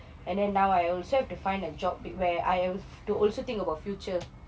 and then now I also have to find a job where I have to also think about future